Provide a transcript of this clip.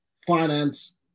Finance